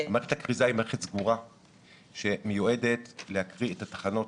מערכת הכריזה היא מערכת סגורה שמיועדת להקריא את התחנות.